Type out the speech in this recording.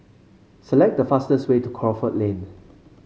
select the fastest way to Crawford Lane